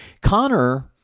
Connor